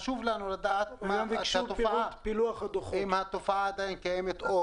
אם התופעה עדיין קיימת.